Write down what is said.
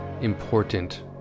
important